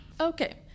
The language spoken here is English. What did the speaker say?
okay